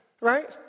Right